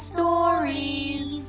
Stories